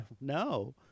No